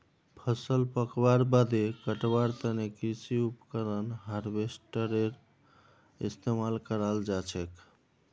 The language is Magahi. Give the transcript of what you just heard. फसल पकवार बादे कटवार तने कृषि उपकरण हार्वेस्टरेर इस्तेमाल कराल जाछेक